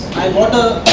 i bought a